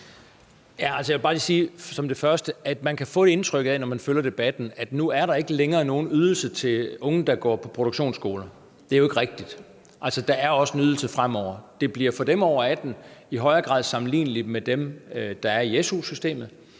man kan få det indtryk, når man følger debatten, at nu er der ikke længere nogen ydelse til unge, der går på produktionsskole. Det er jo ikke rigtigt. Altså, der er også en ydelse fremover. Det bliver for dem over 18 år i højere grad sammenligneligt med dem, der er i SU-systemet.